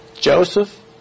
Joseph